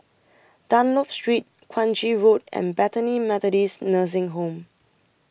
Dunlop Street Kranji Road and Bethany Methodist Nursing Home